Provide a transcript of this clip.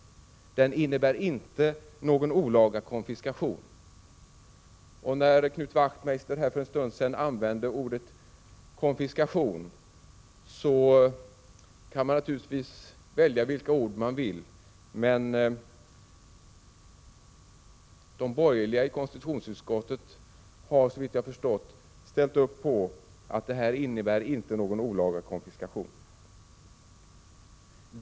Den innebär inte någon olaga konfiskation. Knut Wachtmeister använde här för en stund sedan ordet konfiskation. Man kan naturligtvis välja vilka ord man vill, men de borgerliga i konstitutionsutskottet har såvitt jag förstått ställt upp på att detta inte innebär någon olaga konfiskation.